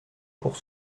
pour